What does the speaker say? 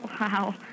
Wow